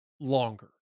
longer